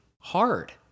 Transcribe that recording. hard